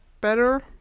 better